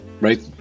Right